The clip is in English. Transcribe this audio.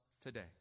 today